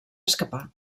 escapar